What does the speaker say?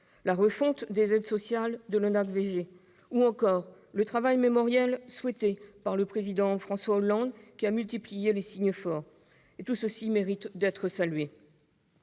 la refonte des aides sociales de l'ONACVG ou encore le travail mémoriel souhaité par le Président François Hollande, lequel a multiplié les signes forts. Toutes ces actions méritent d'être saluées.